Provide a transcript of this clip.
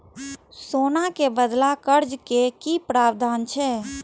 सोना के बदला कर्ज के कि प्रावधान छै?